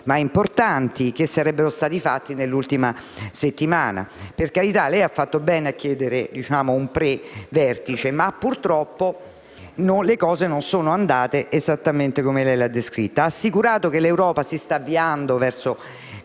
ma importanti, che sarebbero stati fatti nell'ultima settimana. Per carità, ha fatto bene a chiedere un pre-vertice, ma purtroppo le cose non sono andate esattamente come le ha descritte. Ha assicurato che l'Europa si sta avviando verso